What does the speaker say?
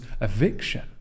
eviction